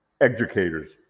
educators